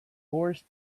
forests